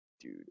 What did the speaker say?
dude